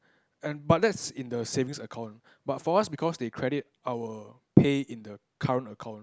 and but that's in the savings account but for us because they credit our pay in the current account